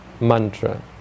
mantra